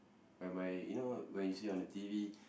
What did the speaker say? whereby you know where you see on the T_V